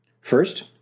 First